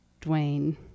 Dwayne